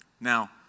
Now